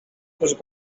też